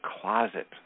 closet